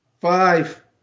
Five